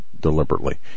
deliberately